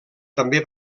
també